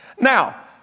Now